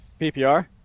PPR